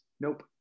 nope